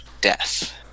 death